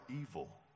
evil